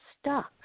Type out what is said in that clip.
stuck